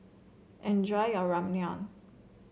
enjoy your Ramyeon